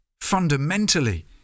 fundamentally